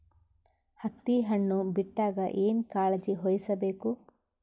ಹತ್ತಿ ಹಣ್ಣು ಬಿಟ್ಟಾಗ ಏನ ಕಾಳಜಿ ವಹಿಸ ಬೇಕು?